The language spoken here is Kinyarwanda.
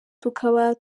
tukaba